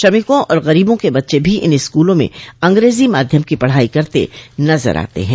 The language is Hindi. श्रमिकों और गरीबों के बच्चे भी इन स्कूलों में अंग्रेजी माध्यम की पढ़ाई करते नजर आते हैं